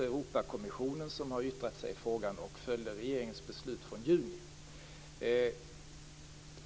Europakommissionen har också yttrat sig i frågan och följde regeringens beslut från i juni.